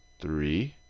three,